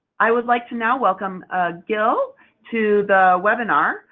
i would like to now welcome gil to the webinar,